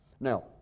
Now